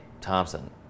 Thompson